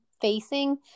facing